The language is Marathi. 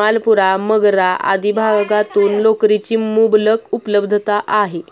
मालपुरा, मगरा आदी भागातून लोकरीची मुबलक उपलब्धता आहे